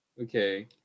Okay